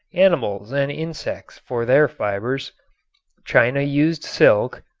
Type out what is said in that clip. animals and insects for their fibers china used silk,